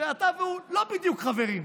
שאתה והוא לא בדיוק חברים,